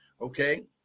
Okay